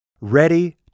ready